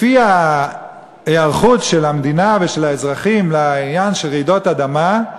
לפי ההיערכות של המדינה ושל האזרחים לעניין של רעידות אדמה,